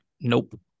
Nope